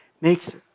Makes